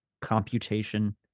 computation